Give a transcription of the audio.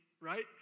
Right